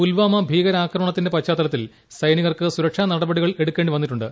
പുൽവാമ ഭീകരാക്രമണത്തിന്റെ പശ്ചാത്തലത്തിൽ സൈനികർക്ക് സുരക്ഷാ നടപടികൾ എടുക്കേ ണ്ടി വന്നിട്ടുണ്ട്